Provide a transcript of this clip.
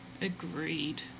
Agreed